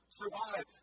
survive